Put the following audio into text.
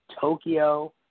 Tokyo